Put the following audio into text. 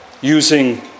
Using